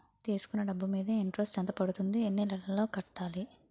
తీసుకున్న డబ్బు మీద ఇంట్రెస్ట్ ఎంత పడుతుంది? ఎన్ని నెలలో కట్టాలి?